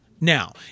now